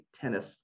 tennis